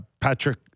Patrick